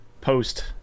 post